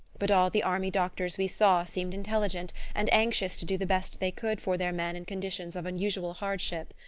but all the army doctors we saw seemed intelligent, and anxious to do the best they could for their men in conditions of unusual hardship.